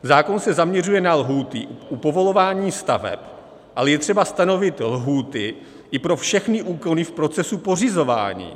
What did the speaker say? Zákon se zaměřuje na lhůty u povolování staveb, ale je třeba stanovit lhůty i pro všechny úkony v procesu pořizování.